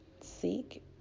Seek